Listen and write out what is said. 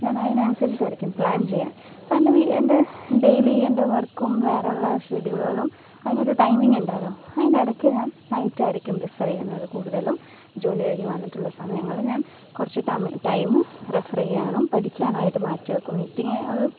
ഞാനതിനനുസരിച്ചിട്ടായിരിക്കും plan ചെയ്യുക ഇപ്പോള് എന്റെ എന്റെ ഡെയിലി എന്റെ വര്ക്കും വേറെയുള്ള ഷെഡ്യൂളുകളും അതിനൊരു ടൈമിങ്ങുണ്ടല്ലോ അതിനിടയ്ക്ക് ഞാന് നൈറ്റായിരിക്കും പ്രിഫെര് ചെയ്യുന്നത് കൂടുതലും ജോലി കഴിഞ്ഞ് വന്നിട്ടുള്ള സമയങ്ങള് ഞാന് കുറച്ച് ടൈം റെഫര് ചെയ്യാനും പഠിക്കാനുമായിട്ട് മാറ്റിവയ്ക്കും നിറ്റിങ്ങ് അത്